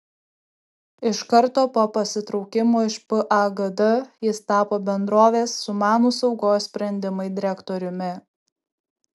iš karto po pasitraukimo iš pagd jis tapo bendrovės sumanūs saugos sprendimai direktoriumi